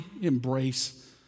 embrace